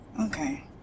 Okay